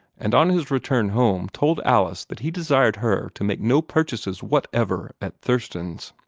and on his return home told alice that he desired her to make no purchases whatever at thurston's.